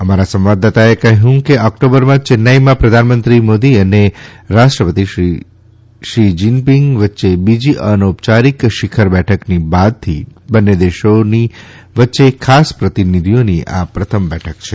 અમારા સંવાદદાતાએ કહયું છે કે આ બંને ઓકટોબરમાં ચેન્નાઇમાં પ્રધાનમંત્રી મોદી અને રાષ્ટ્ર તિ શી જીન િંગની વચ્ચે બીજી અનૌ યારિક શિખર બેઠકની બાદથી બંને દેશોની વચ્ચે ખાસ પ્રતિનિધિઓની આ પ્રથમ બેઠક છે